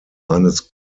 eines